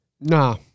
Nah